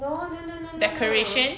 no no no no no